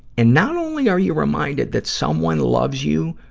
and not only are you reminded that someone loves you,